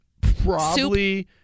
probably-